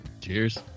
Cheers